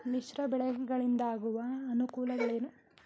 ಮಿಶ್ರ ಬೆಳೆಗಳಿಂದಾಗುವ ಅನುಕೂಲಗಳೇನು?